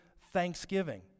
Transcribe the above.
thanksgiving